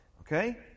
Okay